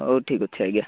ହଉ ଠିକ୍ ଅଛି ଆଜ୍ଞା